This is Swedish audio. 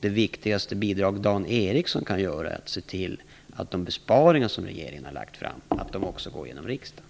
Det viktigaste bidraget Dan Ericsson kan ge är att se till att de besparingar som regeringen har lagt fram förslag om också går igenom i riksdagen.